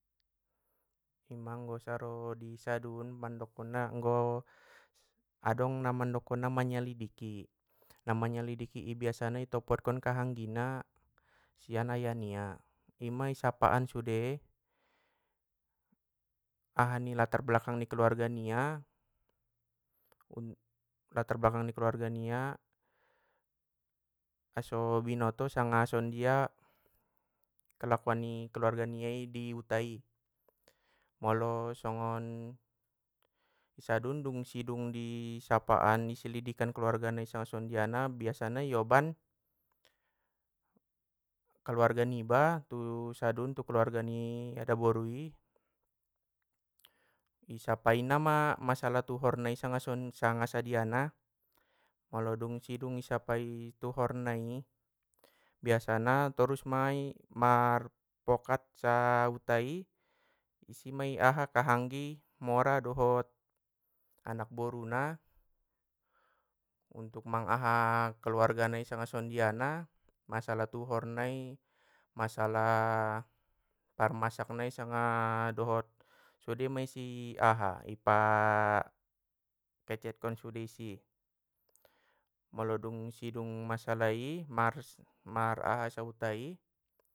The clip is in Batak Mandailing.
Ima anggo saro disadun mandokon na anggo adong na mandokon na manyilidiki, namanyalidiki i biasana i topotkon kahanggi na, sian ayah nia ima isapaan sude, aha ni latar belakang keluarga nia? Latar belakang ni keluarga nia, aso binoto sanga songondia kelakuan ni keluarga nia i ihuta i, molo songon i sadun dung sidung di sapaan di slidikan keluarga nai sanga songondiana biasana i oban keluarga niba tu sadun tu keluarga ni adaborui, isapainama masalah tuhornai sanga song- sanga sadiana, molo dung sidung isapai tuhorna i! Biasana terus mai mar pokat sahutai! Isi ma i aha kahanggi, mora dohot anak boruna, untuk mang aha keluarga nai sanga songondiana masalah tuhornai, masalah parmasak nai sanga dohot sudema isi aha i pa pecetkon sude isi, molo dung sidung masalahi mar- mar aha sahuta i.